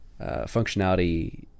functionality